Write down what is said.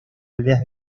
aldeas